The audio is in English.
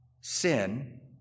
sin